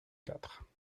quatre